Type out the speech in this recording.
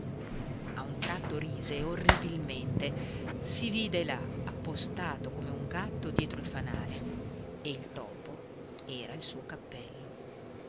a un tratto rise orribilmente si vide là appostato come un gatto dietro il fanale e il topo era il suo cappello